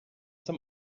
dem